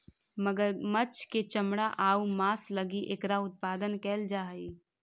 मगरमच्छ के चमड़ा आउ मांस लगी एकरा उत्पादन कैल जा हइ